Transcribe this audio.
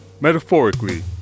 metaphorically